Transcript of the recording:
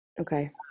Okay